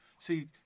See